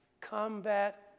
combat